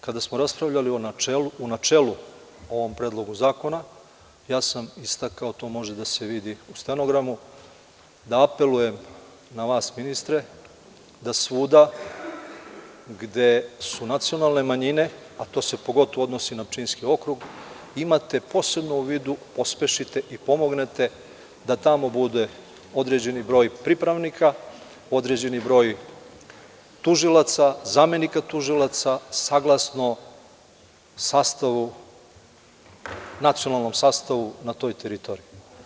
Kada smo raspravljali u načelu o ovom predlogu zakona, ja sam istakao, to može da se vidi u stenogramu, da apelujem na vas, ministre, da svuda gde su nacionalne manjine, a to se pogotovo odnosi na Pčinjski okrugu, imate posebno u vidu, pospešite i pomognete da tamo bude određeni broj pripravnika, određeni broj tužioca, zamenika tužilaca, saglasno nacionalnom sastavu na toj teritoriji.